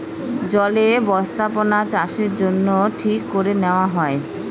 জলে বস্থাপনাচাষের জন্য ঠিক করে নেওয়া হয়